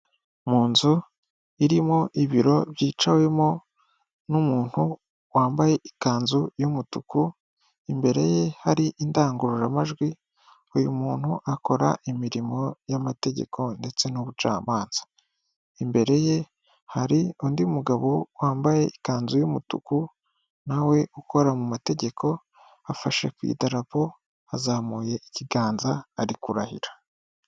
Mu nzu irimo ibiro byicawemo n'umuntu wambaye ikanzu y'umutuku, imbere ye hari indangururamajwi, uyu muntu akora imirimo y'amategeko ndetse n'ubucamanza. Imbere ye hari undi mugabo wambaye ikanzu y'umutuku, na we ukora mu mategeko, afashe ku idarapo, azamuye ikiganza, ari kurahira.